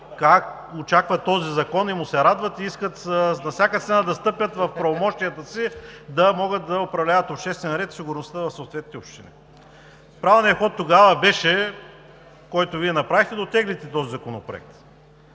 …как очакват този закон и му се радват и искат на всяка цена да стъпят в правомощията си, за да могат да управляват обществения ред и сигурността в съответните общини. Правилният ход тогава беше, който Вие направихте, да оттеглите този законопроект.